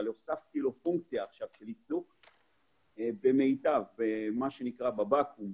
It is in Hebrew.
הוספתי פונקציה של איסוף ב"מיטב", בבקו"ם.